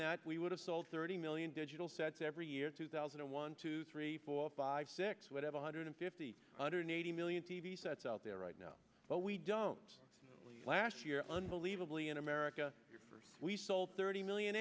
that we would have sold thirty million digital sets every year two thousand and one two three four five six whatever hundred fifty one hundred eighty million t v sets out there right now but we don't last year unbelievably in america we sold thirty million